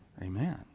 Amen